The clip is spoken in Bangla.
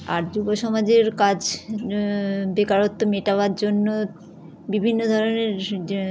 আর যুব সমাজের কাজ বেকারত্ব মেটাবার জন্য বিভিন্ন ধরনের যে